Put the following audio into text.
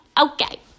Okay